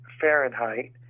Fahrenheit